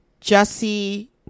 Jesse